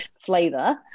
flavor